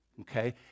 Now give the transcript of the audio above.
Okay